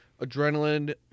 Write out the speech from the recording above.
adrenaline